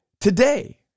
Today